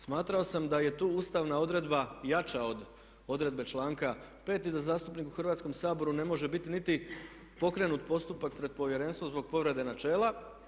Smatrao sam da je tu ustavna odredba jača od odredbe članka 5. i da zastupnik u Hrvatskom saboru ne može biti niti pokrenut postupak pred povjerenstvom zbog povrede načela.